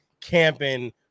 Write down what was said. camping